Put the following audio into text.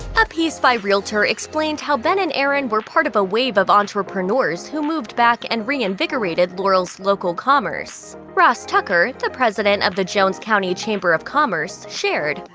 a piece by realtor explained how ben and erin were part of a wave of entrepreneurs who moved back and reinvigorated laurel's local commerce. ross tucker, the president of the jones county chamber of commerce, shared,